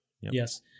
Yes